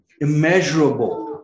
immeasurable